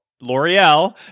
L'Oreal